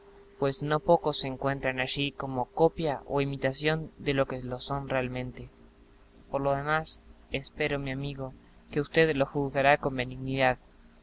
pues no pocos se encuentran allí como copia o imitación de los que lo son realmente por lo demás espero mi amigo que ud lo juzgará con benignidad